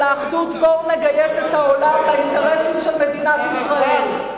אלא אחדות בואו נגייס את העולם לאינטרסים של מדינת ישראל.